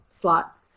slot